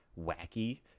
wacky